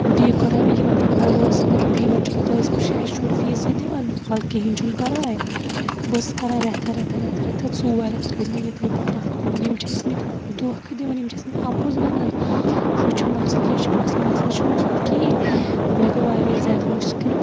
بیٚیہِ کریٚو مےٚ یِمن پٮ۪ٹھ بروسہٕ مےٚ دوٚپ یِمن چھُنہٕ پٔز پٲٹھۍ شایَد شُرۍ فیٖسٕے دِوان وَلہٕ کِہینۍ چھُنہٕ پَرواے بہٕ ٲسٕس کران رٮ۪تھا رٮ۪تھا رٮ۪تھا رٮ۪تھا ژور رٮ۪تھ کٔڑ مےٚ یِتھٕے پٲٹھۍ پَتھ کُن یِم چھِ ٲسۍ مٕتۍ دۄنکھہٕ دِوان یِم چھِ ٲسۍ مٕتۍ اَپُز وَنان ہُہ چھُ مَسلہٕ یہِ چھُ مَسلہٕ مَسلہٕ چھُنہٕ اوسمُت کِہینۍ مےٚ گوٚو واریاہ زیادٕ مُشکِل